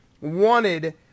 wanted